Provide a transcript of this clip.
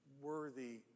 worthy